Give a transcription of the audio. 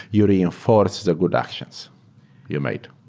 you reinforce the good actions you made.